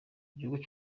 igihugu